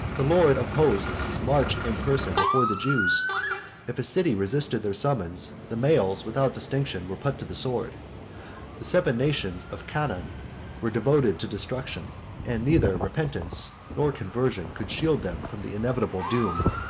the lord of hosts marched in person before the jews if a city resisted their summons, the males, without distinction, were put to the sword the seven nations of canaan were devoted to destruction and neither repentance nor conversion, could shield them from the inevitable doom,